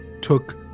took